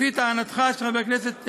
לפני טענתך, חבר הכנסת שלח,